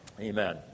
Amen